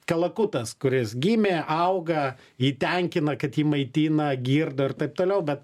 kalakutas kuris gimė auga jį tenkina kad jį maitina girdo ir taip toliau bet